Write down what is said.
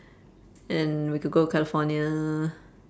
and we could go california